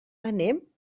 anem